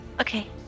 Okay